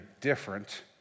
different